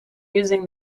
using